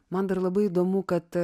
man dar labai įdomu kad